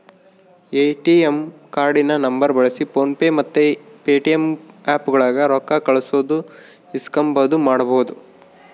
ATM ಕಾರ್ಡಿನ ನಂಬರ್ನ ಬಳ್ಸಿ ಫೋನ್ ಪೇ ಮತ್ತೆ ಪೇಟಿಎಮ್ ಆಪ್ಗುಳಾಗ ರೊಕ್ಕ ಕಳ್ಸೋದು ಇಸ್ಕಂಬದು ಮಾಡ್ಬಹುದು